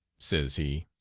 says he,